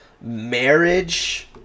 marriage